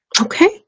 Okay